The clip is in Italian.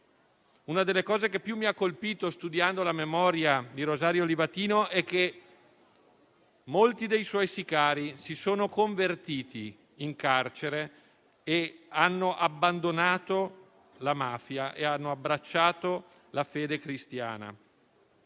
Una delle cose che più mi ha colpito studiando la memoria di Rosario Livatino è che molti dei suoi sicari si sono convertiti in carcere, hanno abbandonato la mafia e hanno abbracciato la fede cristiana.